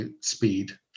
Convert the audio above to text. speed